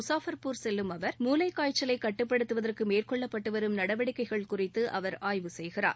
முகாஃபா்பூர் செல்லும் அவர் மூளைக்காய்ச்சலை கட்டுப்படுத்துவதற்கு மேற்கொள்ளப்பட்டு வரும் நடவடிக்கைகள் குறித்து அவர் ஆய்வு செய்கிறார்